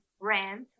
rent